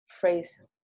phrase